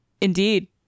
indeed